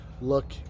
look